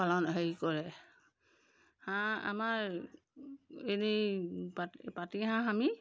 পালন হেৰি কৰে হাঁহ আমাৰ এনেই পাতি হাঁহ আমি